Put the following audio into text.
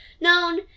known